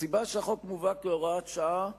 הסיבה שהחוק מובא כהוראת שעה היא,